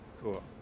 Cool